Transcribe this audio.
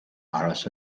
áras